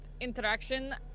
interaction